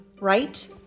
right